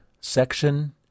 Section